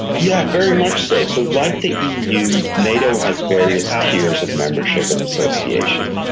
yeah very much so. so like the eu, nato has various tiers of membership and association.